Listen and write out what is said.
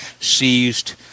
seized